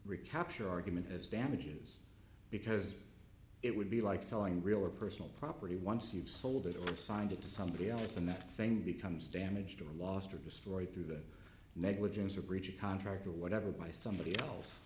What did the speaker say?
recapture argument as damages because it would be like selling real or personal property once you've sold it or signed it to somebody else and nothing becomes damaged or lost or destroyed through that negligence or breach of contract or whatever by somebody else